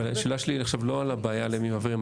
השאלה שלי עכשיו לא על הבעיה למי מעבירים.